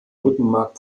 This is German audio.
rückenmark